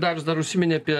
darius dar užsiminė apie